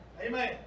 Amen